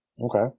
okay